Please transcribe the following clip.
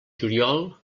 juliol